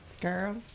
girl